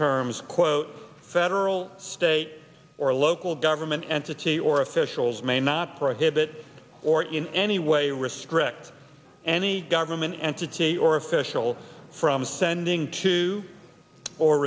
terms quote federal state or local government entity or officials may not prohibit or in any way restrict any government entity or official from sending to or